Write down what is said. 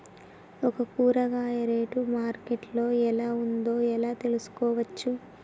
ఒక కూరగాయ rate market లో ఎలా ఉందో ఎలా తెలుసుకోవచ్చు?